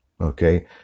Okay